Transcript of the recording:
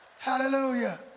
Hallelujah